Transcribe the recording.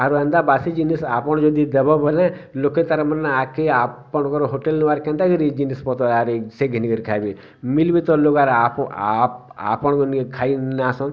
ଆରୁ ଏନ୍ତା ବାସି ଜିନିଷ ଆପଣ ଯଦି ଦେବ ବୋଲେ ଲୋକେ ତା'ର୍ ମାନେ ଆଗ୍କେ ଆପଣଙ୍କର ହୋଟେଲର କେନ୍ତାକରି ଜିନିଷ୍ ପତର୍ ଆରେ ସେ ଘିନି କରି ଖାଏବେ ମିଲ୍ ବି ତ ଲୋକ୍ ଆର୍ ଆପଣଙ୍କର ନିକେ ଖାଇ ନାଇଁ ଆସନ୍